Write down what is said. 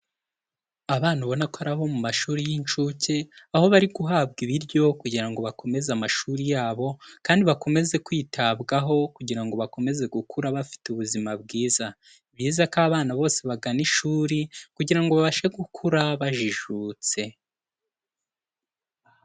Abana ubona ko ari abo mu mashuri y'incuke, aho bari guhabwa ibiryo kugira ngo bakomeze amashuri yabo kandi bakomeze kwitabwaho kugira ngo bakomeze gukura bafite ubuzima bwiza, ni byiza ko abana bose bagana ishuri kugira ngo babashe gukura bajijutse.